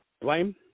Blame